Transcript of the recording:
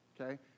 okay